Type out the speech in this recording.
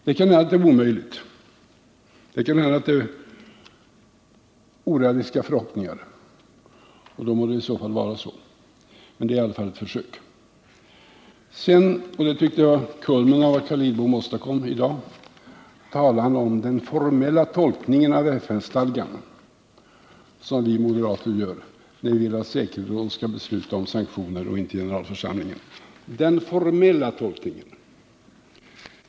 Det kan hända att det är omöjligt, det kan hända att det är orealistiska förhoppningar, och då må det i så fall vara det, men det är i alla fall ett försök. Jag tyckte att Carl Lidbom nådde kulmen i dag när han talade och talade om den formella tolkning av FN-stadgan som vi moderater gör när vi vill att säkerhetsrådet skall besluta om sanktioner och inte generalförsamlingen. Den formella tolkningen!